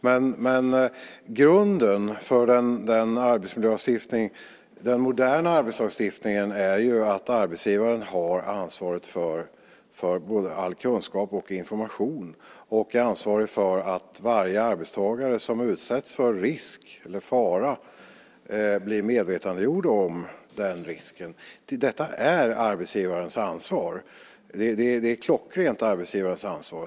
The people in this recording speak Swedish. Men grunden för den moderna arbetsmiljölagstiftningen är att arbetsgivaren har ansvaret för både all kunskap och all information och är ansvarig för att varje arbetstagare som utsätts för risk eller fara blir medvetandegjord om risken. Detta är klockrent arbetsgivarens ansvar.